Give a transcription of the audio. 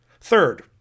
Third